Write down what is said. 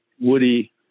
Woody